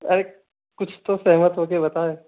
अरे कुछ तो सहमत होके बताएं